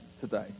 today